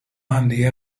همدیگه